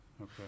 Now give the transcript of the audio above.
okay